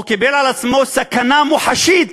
הוא קיבל על עצמו סכנה מוחשית,